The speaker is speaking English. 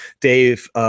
Dave